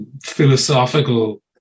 philosophical